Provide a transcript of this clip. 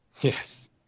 Yes